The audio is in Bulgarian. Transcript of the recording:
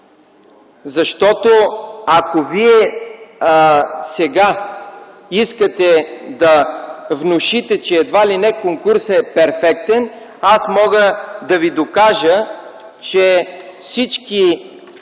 Защото, ако Вие сега искате да внушите, че едва ли не конкурсът е перфектен, аз мога да Ви докажа, че всички